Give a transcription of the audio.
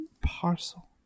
parcel